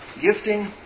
gifting